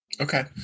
Okay